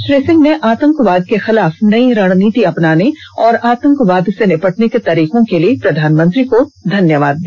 श्री सिंह ने आतंकवाद के खिलाफ नई रणनीति अपनाने और आतंकवाद से निपटने को तरीकों के लिए प्रधानमंत्री को धन्यवाद दिया